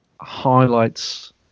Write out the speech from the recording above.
highlights